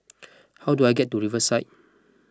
how do I get to Riverside